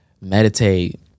meditate